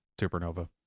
supernova